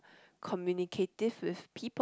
communicative with people